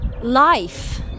life